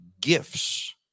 gifts